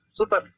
Super